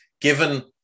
given